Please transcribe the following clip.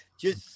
just-